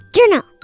Journal